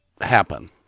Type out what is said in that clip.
happen